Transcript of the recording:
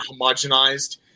homogenized